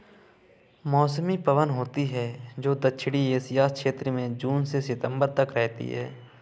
मौसमी पवन होती हैं, जो दक्षिणी एशिया क्षेत्र में जून से सितंबर तक रहती है